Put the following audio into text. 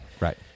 right